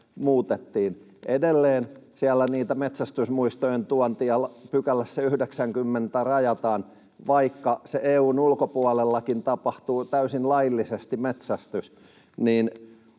muutettiin. Kun edelleen siellä 90 §:ssä metsästysmuistojen tuontia rajataan, vaikka metsästys EU:n ulkopuolellakin tapahtuu täysin laillisesti, niin